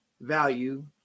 value